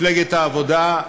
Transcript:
מפלגת העבודה,